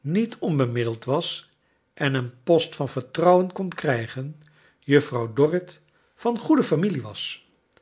niet onbemiddeld was en een post van vertrouwen kon krijgen juf frouw dorrit van goede familie was